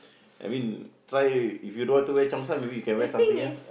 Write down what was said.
I mean try it if you don't want to wear cheongsam you can wear something else